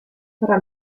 farà